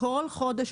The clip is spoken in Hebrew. כל חודש,